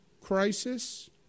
crisis